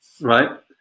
Right